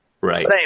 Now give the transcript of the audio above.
Right